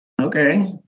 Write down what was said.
Okay